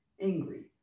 angry